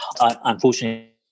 unfortunately